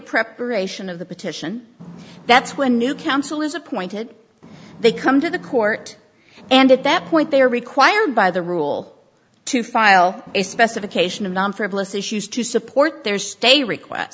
preparation of the petition that's when new counsel is appointed they come to the court and at that point they are required by the rule to file a specification of non frivolous issues to support their stay request